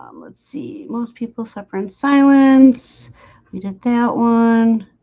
um let's see most people suffer in silence we did that one